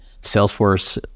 Salesforce